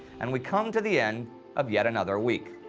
and we come to the end of yet another week.